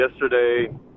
yesterday